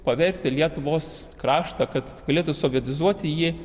pavergti lietuvos kraštą kad galėtų sovietizuoti jį